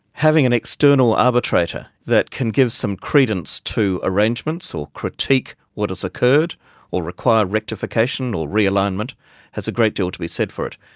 having an external arbitrator that can give some credence to arrangements or critique what has occurred or require rectification or realignment has a great deal to be said for it.